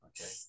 okay